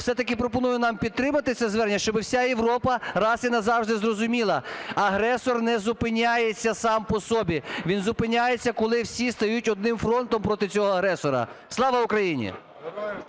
все-таки, пропоную нам підтримати це звернення, щоб вся Європа раз і назавжди зрозуміла – агресор не зупиняється сам по собі, він зупиняється, коли всі стають одним фронтом проти цього агресора. Слава Україні.